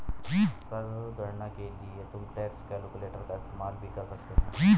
कर गणना के लिए तुम टैक्स कैलकुलेटर का इस्तेमाल भी कर सकते हो